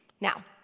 Now